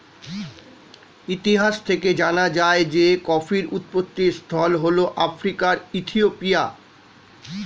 ইতিহাস থেকে জানা যায় যে কফির উৎপত্তিস্থল হল আফ্রিকার ইথিওপিয়া